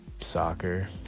soccer